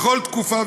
בכל תקופה,